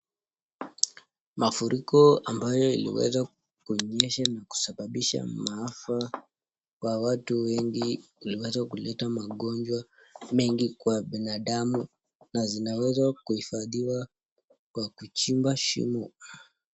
Mafuriko ambayo iliweza kunyesha na kusababisha maafa kwa watu wengi. Iliweza kuleta magonjwa mengi kwa binadamu na zinaweza kuhifadhiwa kwa kuchimba shimo.